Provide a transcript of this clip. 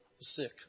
sick